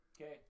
Okay